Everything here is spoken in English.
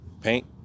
paint